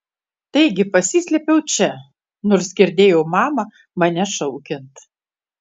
taigi pasislėpiau čia nors girdėjau mamą mane šaukiant